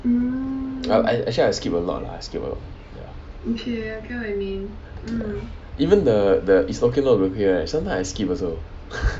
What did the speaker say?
I actually I skip a lot lah I skip ya even the the is okay not to be okay right sometimes I skip also